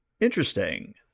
Interesting